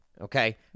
okay